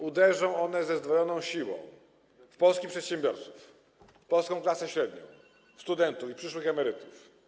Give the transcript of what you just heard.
Uderzą one ze zdwojoną siłą w polskich przedsiębiorców, polską klasę średnią, studentów i przyszłych emerytów.